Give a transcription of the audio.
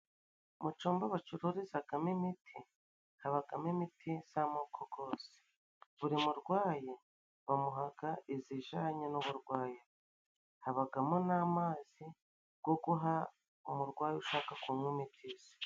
Mu cumba bacururizagamo imiti, habagamo imiti z'amoko gose, buri murwayi bamuhaga izijanye n'uburwayi bwe, habagamo n'amazi go guha umurwayi ushaka kunywa imiti ze.